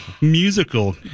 musical